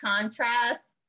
contrast